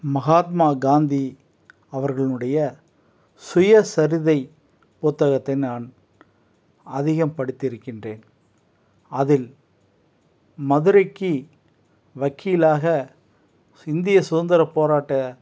மஹாத்மா காந்தி அவர்களினுடைய சுயசரிதை புத்தகத்தை நான் அதிகம் படித்திருக்கின்றேன் அதில் மதுரைக்கு வக்கீலாக இந்திய சுகந்திரப்போராட்ட